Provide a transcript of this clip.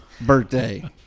birthday